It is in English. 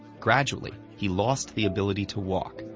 gradually, he lost the ability to walk,